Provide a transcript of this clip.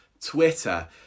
Twitter